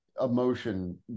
emotion